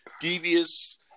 devious